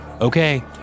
Okay